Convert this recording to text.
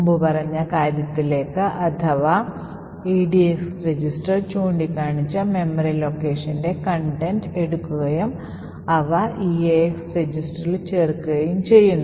മുമ്പ് പറഞ്ഞ കാര്യത്തിലേക്ക് അഥവാ edx രജിസ്റ്റർ ചൂണ്ടിക്കാണിച്ച മെമ്മറി ലൊക്കേഷന്റെ contents എടുക്കുകയും അവ eax രജിസ്റ്ററിൽ ചേർക്കുകയും ചെയ്യുന്നു